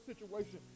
situation